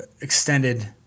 extended